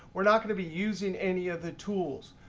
we're not going to be using any of the tools.